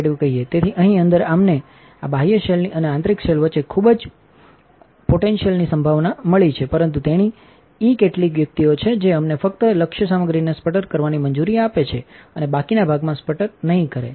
તેથી અહીં અંદર અમને આ બાહ્ય શેલ અને આંતરિક શેલ વચ્ચે ખૂબ જ potentialંચી સંભાવના મળી છે પરંતુ તેણીનીઇકેટલીક યુક્તિઓ છેજે અમને ફક્ત લક્ષ્ય સામગ્રીને સ્પટર કરવાની મંજૂરી આપે છે અને બાકીના ભાગમાં સ્પટર નહીં કરે